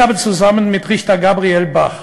יחד עם השופט גבריאל בך